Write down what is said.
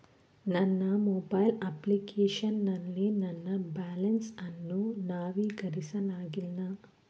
ನನ್ನ mobile application ನಲ್ಲಿ ನನ್ನ ಬ್ಯಾಲೆನ್ಸ್ ಅನ್ನು ನವೀಕರಿಸಲಾಗಿಲ್ಲ